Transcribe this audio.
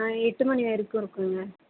ஆ எட்டு மணி வரைக்கும் இருக்கும்ங்க